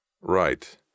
Right